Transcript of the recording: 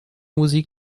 musik